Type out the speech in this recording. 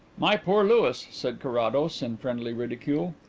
my poor louis! said carrados, in friendly ridicule.